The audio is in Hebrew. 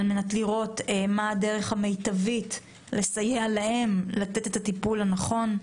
כדי לראות מה הדרך המיטבית לסייע להם לתת את הטיפול הנכון,